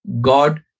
God